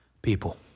people